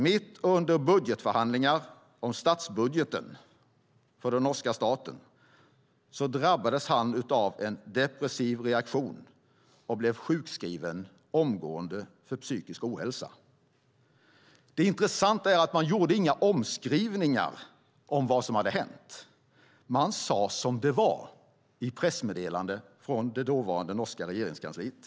Mitt under budgetförhandlingar om statsbudgeten för den norska staten drabbades han av en depressiv reaktion och blev omgående sjukskriven för psykisk ohälsa. Det intressanta är att man gjorde inga omskrivningar av vad som hade hänt. Man sade som det var i pressmeddelandet från det dåvarande norska regeringskansliet.